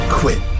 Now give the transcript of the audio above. quit